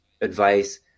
advice